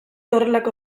horrelako